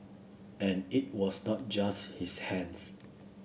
and it was not just his hands